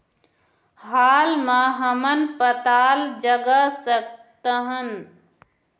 हाल मा हमन पताल जगा सकतहन?